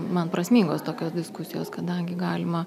man prasmingos tokios diskusijos kadangi galima